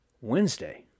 Wednesday